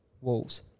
Wolves